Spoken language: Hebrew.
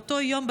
באותו יום,